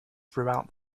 throughout